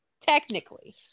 technically